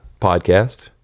podcast